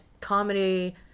comedy